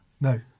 No